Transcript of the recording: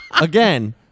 again